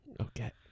Okay